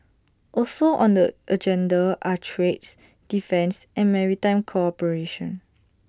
also on the agenda are trades defence and maritime cooperation